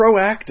proactive